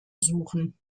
suchen